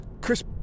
Chris